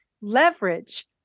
leverage